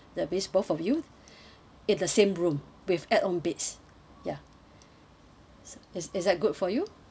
that means both of you in the same room with add on beds ya is is that good for you